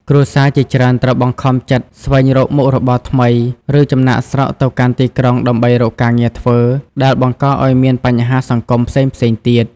គ្រួសារជាច្រើនត្រូវបង្ខំចិត្តស្វែងរកមុខរបរថ្មី ឬចំណាកស្រុកទៅកាន់ទីក្រុងដើម្បីរកការងារធ្វើ ដែលបង្កឱ្យមានបញ្ហាសង្គមផ្សេងៗទៀត។